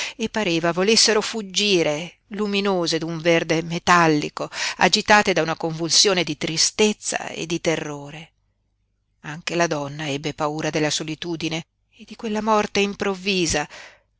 e pareva volessero fuggire luminose d'un verde metallico agitate da una convulsione di tristezza e di terrore anche la donna ebbe paura della solitudine e di quella morte improvvisa